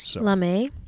Lame